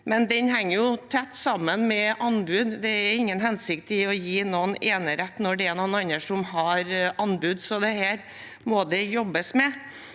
men den henger jo tett sammen med anbud. Det er ingen hensikt i å gi noen enerett når det er noen andre som har anbud, så dette må det jobbes med.